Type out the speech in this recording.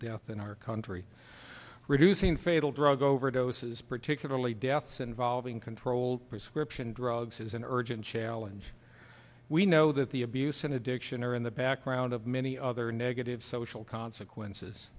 death in our country reducing fatal drug overdoses particularly deaths involving controlled prescription drugs is an urgent challenge we know that the abuse and addiction are in the background of many other negative social consequences